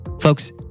Folks